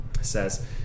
says